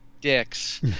dicks